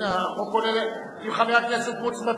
וחברי כנסת אחרים,